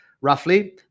roughly